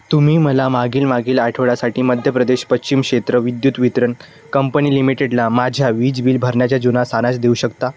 तुम्ही मला मागील मागील आठवड्यासाठी मध्य प्रदेश पश्चिम क्षेत्र विद्युत वितरण कंपनी लिमिटेडला माझ्या वीज बिल भरण्याचा जुना सारांश देऊ शकता